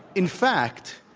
in fact,